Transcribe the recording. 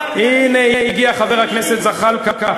הנה הגיע חבר הכנסת זחאלקה,